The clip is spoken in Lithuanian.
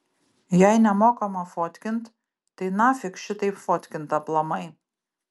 jei nemokama fotkint tai nafik šitaip fotkint aplamai